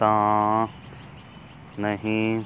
ਤਾਂ ਨਹੀਂ